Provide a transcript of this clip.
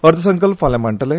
अर्थसंकल्प फाल्या मांडटले